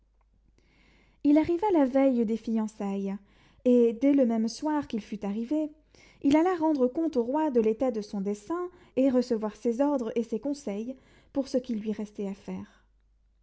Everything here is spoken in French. il arriva la veille des fiançailles et dès le même soir qu'il fut arrivé il alla rendre compte au roi de l'état de son dessein et recevoir ses ordres et ses conseils pour ce qu'il lui restait à faire